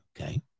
Okay